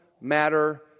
matter